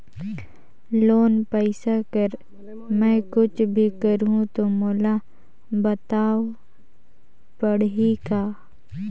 Loan पइसा कर मै कुछ भी करहु तो मोला बताव पड़ही का?